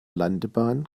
landebahn